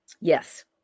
Yes